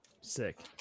Sick